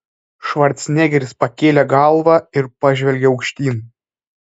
švarcnegeris pakėlė galvą ir pažvelgė aukštyn